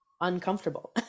uncomfortable